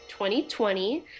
2020